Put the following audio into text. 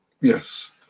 Yes